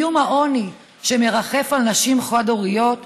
איום העוני שמרחף על נשים חד-הוריות.